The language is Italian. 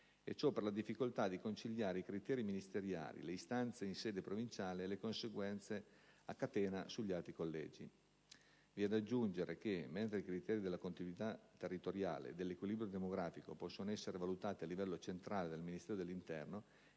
e ciò per la difficoltà di conciliare i criteri ministeriali, le istanze in sede provinciale e le conseguenze a catena sugli altri collegi. Vi è da aggiungere che, mentre i criteri della contiguità territoriale e dell'equilibrio demografico possono essere valutati a livello centrale dal Ministero dell'interno